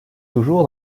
toujours